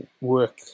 work